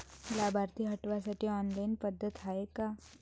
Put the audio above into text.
लाभार्थी हटवासाठी ऑनलाईन पद्धत हाय का?